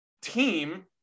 team